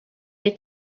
est